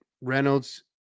Reynolds